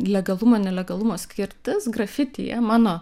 legalumo nelegalumo skirtis grafityje mano